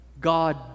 God